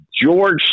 George